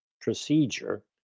procedure